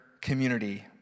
community